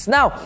Now